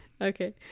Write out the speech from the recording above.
Okay